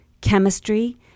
chemistry